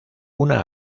una